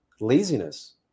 laziness